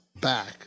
back